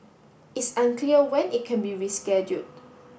it's unclear when it can be rescheduled